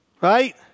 right